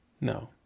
No